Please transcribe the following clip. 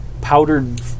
powdered